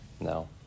No